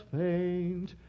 faint